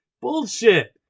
Bullshit